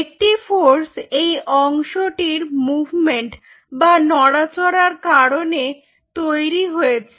একটি ফোর্স এই অংশটির মুভমেন্ট বা নড়াচড়ার কারণে তৈরি হয়েছে